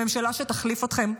שממשלה שתחליף אתכם,